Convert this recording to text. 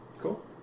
Cool